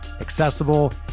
accessible